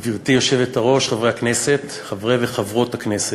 גברתי היושבת-ראש, חברי הכנסת חברי וחברות הכנסת,